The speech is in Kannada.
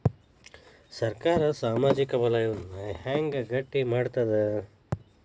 ಸರ್ಕಾರಾ ಸಾಮಾಜಿಕ ವಲಯನ್ನ ಹೆಂಗ್ ಗಟ್ಟಿ ಮಾಡ್ಕೋತದ?